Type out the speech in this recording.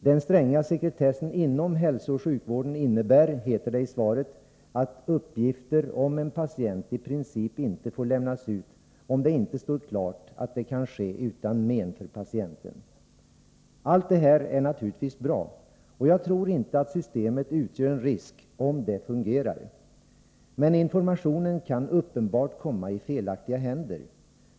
Den stränga sekretessen inom hälsooch sjukvården innebär, heter det i svaret, ”att uppgifter om en patient i princip inte får lämnas ut, om det inte står klart att det kan ske utan men för patienten”. Allt det här är naturligtvis bra, och jag tror inte att systemet utgör en risk om det fungerar. Men informationen kan uppenbart komma i fel händer.